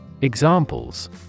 Examples